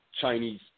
Chinese